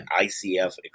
ICF